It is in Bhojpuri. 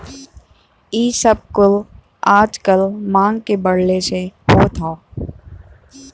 इ सब कुल आजकल मांग के बढ़ले से होत हौ